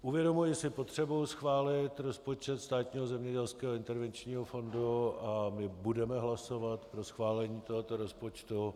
Uvědomuji si potřebu schválit rozpočet Státního zemědělského intervenčního fondu a my budeme hlasovat pro schválení tohoto rozpočtu.